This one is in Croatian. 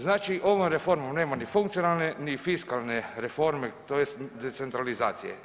Znači ovom reformom nema ni funkcionalne ni fiskalne reforme, tj. decentralizacije.